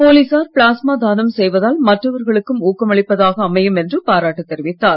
போலீசார் பிளாஸ்மா தானம் செய்வதால் மற்றவர்களுக்கும் ஊக்கமளிப்பதாக அமையும் என்று பாராட்டு தெரிவித்தார்